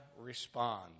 respond